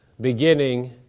beginning